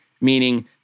meaning